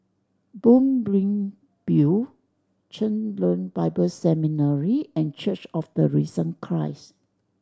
Moonbeam View Chen Lien Bible Seminary and Church of the Risen Christ